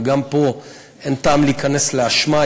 וגם פה אין טעם להיכנס לאשמה,